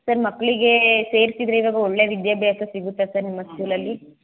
sir ಮಕ್ಳಿಗೆ ಸೇರಿಸಿದ್ರೆ ಇವಾಗ ಒಳ್ಳೆಯ ವಿದ್ಯಾಭ್ಯಾಸ ಸಿಗುತ್ತಾ ಸರ್ ನಿಮ್ಮ ಸ್ಕೂಲಲ್ಲಿ